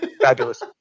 Fabulous